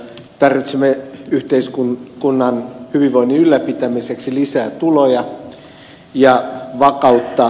tarvitsemme yhteiskunnan hyvinvoinnin ylläpitämiseksi lisää tuloja ja vakautta